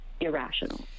irrational